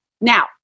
Now